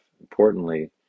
importantly